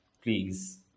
Please